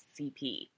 CP